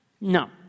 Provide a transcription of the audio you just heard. no